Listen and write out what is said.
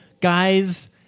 guys